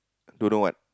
don't know what